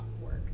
work